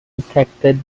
detected